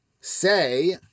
say